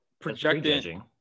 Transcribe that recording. projecting